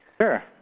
Sure